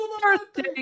birthday